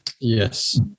Yes